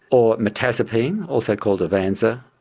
or mirtazapine, also called avanza,